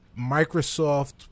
Microsoft